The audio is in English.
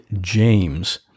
James